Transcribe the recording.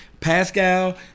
Pascal